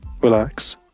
relax